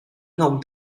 ông